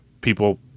people